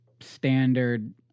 standard